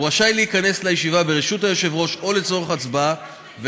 הוא רשאי להיכנס לישיבה ברשות היושב-ראש או לצורך הצבעה,